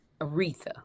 Aretha